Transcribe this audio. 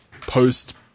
post